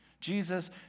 Jesus